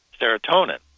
serotonin